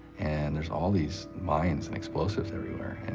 and there's all these mines and explosives everywhere, and